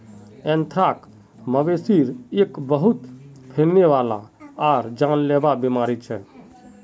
anthrax, मवेशिर एक बहुत फैलने वाला आर जानलेवा बीमारी छ